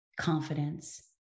confidence